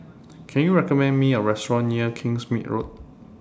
Can YOU recommend Me A Restaurant near Kingsmead Road